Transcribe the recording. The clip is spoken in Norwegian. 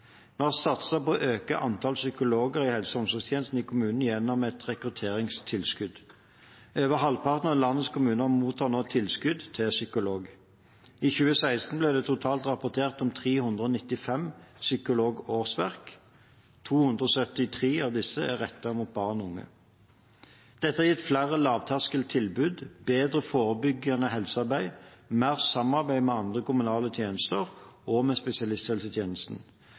Vi har satset på å øke antall psykologer i helse- og omsorgstjenesten i kommunene gjennom et rekrutteringstilskudd. Over halvparten av landets kommuner mottar nå tilskudd til psykolog. I 2016 ble det totalt rapportert om 395 psykologårsverk. 273 av disse er rettet mot barn og unge. Dette har gitt flere lavterskeltilbud, bedre forebyggende helsearbeid og mer samarbeid med andre kommunale tjenester og med spesialisthelsetjenesten.